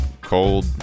cold